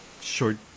short